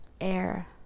air